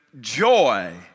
joy